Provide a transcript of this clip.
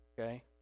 okay